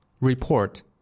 Report